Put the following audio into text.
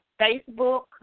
Facebook